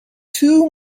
two